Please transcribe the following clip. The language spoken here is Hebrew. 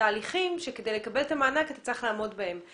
תהליכים שכדי לקבל את המענק אתה צריך לעמוד בהם.